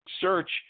search